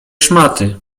szmaty